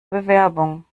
bewerbung